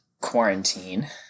quarantine